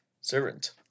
servant